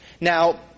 Now